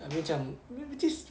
abeh macam we were just